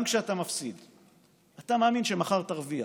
גם כשאתה מפסיד אתה מאמין שמחר תרוויח,